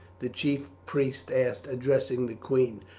the chief priest asked, addressing the queen.